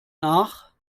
nach